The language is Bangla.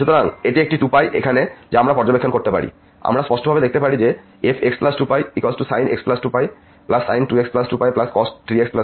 সুতরাং এটি একটি 2π এখানে আমরা পর্যবেক্ষণ করতে পারি আমরা স্পষ্টভাবে এটি দেখতে পারি যে fx2πsin x2πsin 2x2πcos 3x2π